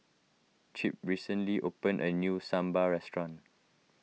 Chip recently opened a new Sambar restaurant